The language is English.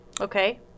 okay